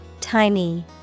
Tiny